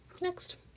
next